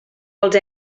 els